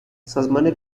سازمان